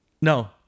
no